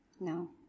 no